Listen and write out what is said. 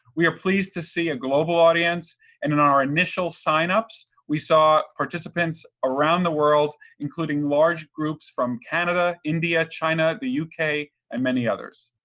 we are pleased to see a global audience and in our initial signups we saw participants around the world, including large groups from canada, india, china, the yeah uk, and many others.